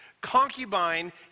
Concubine